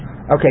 okay